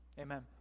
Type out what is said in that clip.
Amen